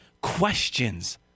questions